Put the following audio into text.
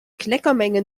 kleckermenge